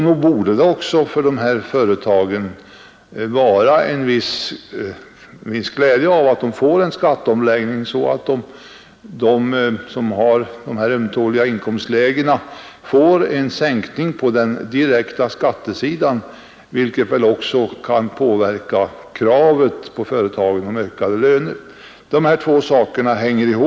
Nog borde också dessa företag ha någon glädje av en viss skatteomläggning, så att de som har de ömtåliga inkomstlägena får en sänkning på den direkta skattesidan, vilket väl också kan påverka de krav om höjda löner som ställs på företagen. Dessa två saker hänger ihop.